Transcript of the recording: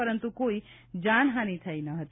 પરંતુ કોઇ જાનહાની થઇ ન હતી